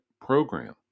program